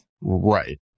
right